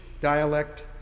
dialect